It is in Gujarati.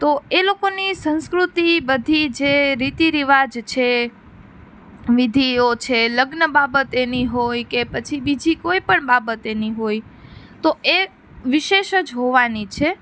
તો એ લોકોની સંસ્કૃતિ બધી જે રીતિરિવાજ છે વિધિઓ છે લગ્ન બાબતેની હોય કે પછી બીજી કોઈ પણ બાબતની હોય તો એ વિશેષ જ હોવાની છે